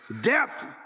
death